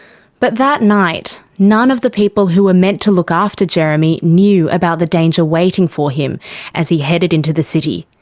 but that night, none of the people who were meant to look after jeremy knew about the danger waiting for him as he headed into the city.